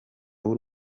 w’u